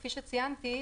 כפי שציינתי,